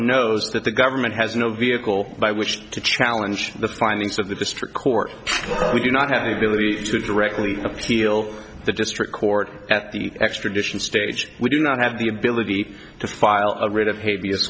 knows that the government has no vehicle by which to challenge the findings of the district court we do not have the ability to directly appeal the district court at the extradition stage we do not have the ability to file a writ of h